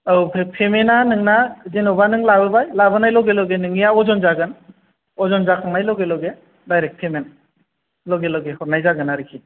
औ फेमेना नोंना जेन'बा नों लाबोबाय लाबोनाय लगे लगे नोंनिया अजन जागोन अजन जाखांनाय लगे लगे दाइरेख फेमेन लगे लगे हरनाय जागोन आरोखि